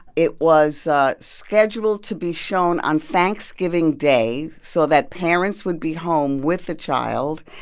it was scheduled to be shown on thanksgiving day so that parents would be home with the child.